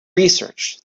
research